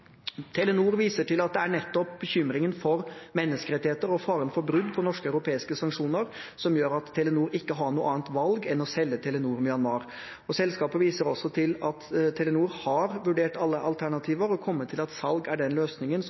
Telenor viser til at det er nettopp bekymringen for menneskerettigheter og faren for brudd på norske og europeiske sanksjoner som gjør at Telenor ikke har noe annet valg enn å selge Telenor Myanmar. Selskapet viser også til at Telenor har vurdert alle alternativer og kommet til at salg er den løsningen